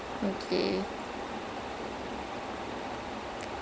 just night பதினோரு மணிக்கு சாப்பாடு பத்தி பேசிட்டு இருக்கோம்:pathinoru manikku saapaadu pathi pesitu irukkom